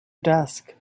desk